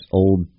old